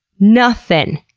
nothin',